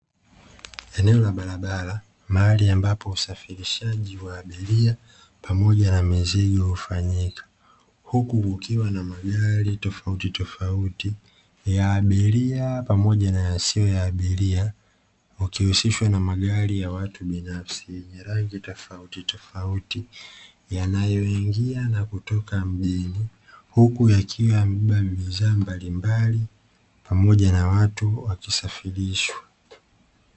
Eneo la barabara mahali ambapo usafirishaji wa abilia pamoja na mizigo hufanyika huku kukiwa na magari tofauti tofauti ya abilia pamoja na yasiyo ya abilia, kukihusishwa na magari ya watu binafsi yenye rangi tofauti tofauti yanayo ingia na kutokka mjini huku yakiwa yamebeba bidhaa mbalimbali pamoja na watu wakisafilishwa.